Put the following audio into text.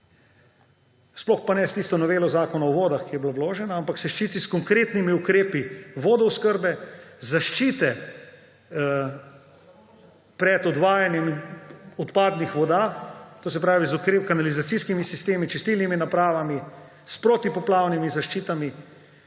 sploh pa ne s tisto novelo Zakona o vodah, ki je bila vložena, ampak se ščiti s konkretnimi ukrepi vodooskrbe, zaščite pred odvajanjem odpadnih voda, to se pravi s kanalizacijskimi sistemi, čistilnimi napravami, s protipoplavnimi zaščitami.